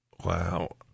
Wow